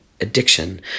addiction